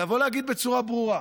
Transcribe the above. לבוא ולהגיד בצורה ברורה: